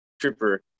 trooper